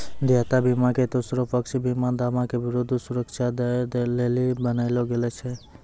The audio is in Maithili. देयता बीमा के तेसरो पक्ष बीमा दावा के विरुद्ध सुरक्षा दै लेली बनैलो गेलौ छै